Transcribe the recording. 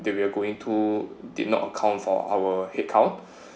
that we were going to did not account for our headcount